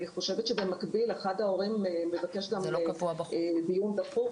אני חושבת שבמקביל אחד ההורים מבקש דיון דחוף